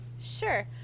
Sure